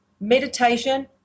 Meditation